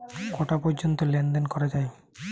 কটা পর্যন্ত লেন দেন করা য়ায়?